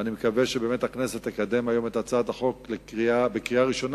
ואני מקווה שבאמת הכנסת תקדם היום את הצעת החוק בקריאה ראשונה